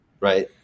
right